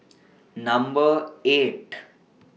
Number eight